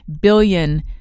billion